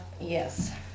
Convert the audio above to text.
yes